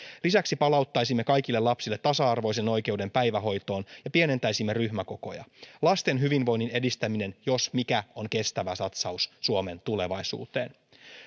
lisäksi palauttaisimme kaikille lapsille tasa arvoisen oikeuden päivähoitoon ja pienentäisimme ryhmäkokoja lasten hyvinvoinnin edistäminen jos mikä on kestävä satsaus suomen tulevaisuuteen